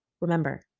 Remember